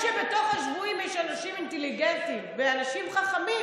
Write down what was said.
למרות שבתוך השבויים יש אנשים אינטליגנטים ואנשים חכמים,